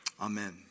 Amen